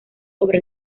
sobre